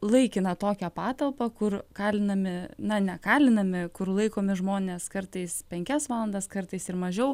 laikiną tokią patalpą kur kalinami na ne kalinami kur laikomi žmonės kartais penkias valandas kartais ir mažiau